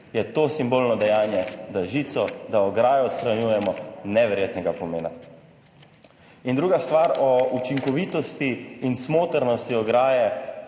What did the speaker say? je to simbolno dejanje, da žico, da ograjo odstranjujemo, neverjetnega pomena. In druga stvar, o učinkovitosti in smotrnosti ograje